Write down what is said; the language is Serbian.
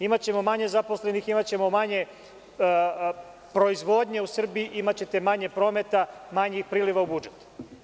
Imaćemo manje zaposlenih, imaćemo manje proizvodnje u Srbiji, imaćete manje prometa, manje priliva u budžet.